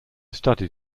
study